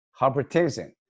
hypertension